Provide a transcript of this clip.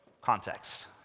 context